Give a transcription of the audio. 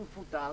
הוא מפוטר,